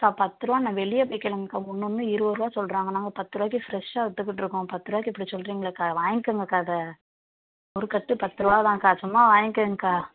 அக்கா பத்துரூபான்னு வெளியே போய் கேளுங்கக்கா ஒன்றொன்றும் இருபது ருபா சொல்கிறாங்க நாங்கள் பத்து ருபாக்கி ஃப்ரெஷ்ஷாக விற்றுகிட்ருக்கோம் பத்து ருபாக்கி இப்படி சொல்கிறிங்களேக்கா வாங்கிக்கோங்கக்கா இதை ஒரு கட்டு பத்து ருபாதான்க்கா சும்மா வாங்கிக்கோங்கக்கா